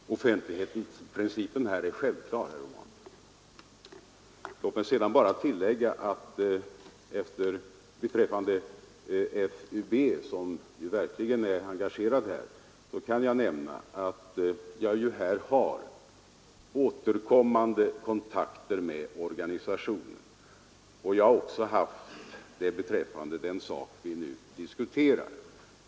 Herr talman! Offentlighetsprincipen är här självklar, herr Romanus. Låt mig sedan bara tillägga att vad beträffar FUB, som verkligen är mycket engagerad här, har jag återkommande kontakter med organisationen. Jag har också haft det beträffande den sak vi nu diskuterar.